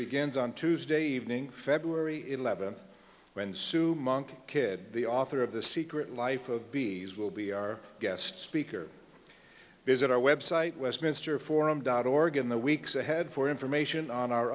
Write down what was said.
begins on tuesday evening february eleventh when sue monk kidd the author of the secret life of bees will be our guest speaker visit our website westminster forum dot org in the weeks ahead for information on our